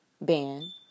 ban